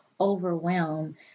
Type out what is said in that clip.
overwhelm